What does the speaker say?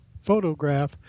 photograph